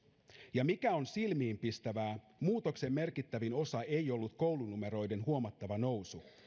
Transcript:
ja mikä on silmiinpistävää muutoksen merkittävin osa ei ollut koulunumeroiden huomattava nousu